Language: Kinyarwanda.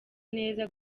neza